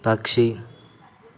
పక్షి